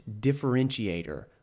differentiator